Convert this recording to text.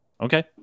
Okay